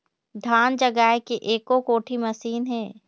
धान जगाए के एको कोठी मशीन हे?